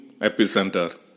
epicenter